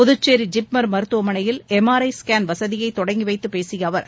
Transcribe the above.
Puducherry JIPMER மருத்தவமனையில் M R I scan வசதியை தொடங்கி வைத்துப் பேசிய அவர்